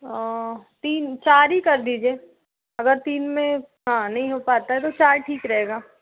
तीन चार ही कर दीजिए अगर तीन में हाँ नहीं हो पता है तो चार ठीक रहेगा